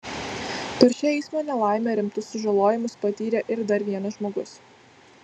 per šią eismo nelaimę rimtus sužalojimus patyrė ir dar vienas žmogus